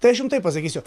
tai aš jum taip pasakysiu